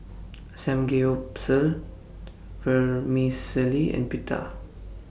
Samgeyopsal Vermicelli and Pita